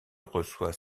reçoit